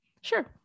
Sure